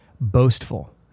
boastful